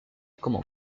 como